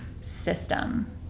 system